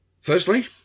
firstly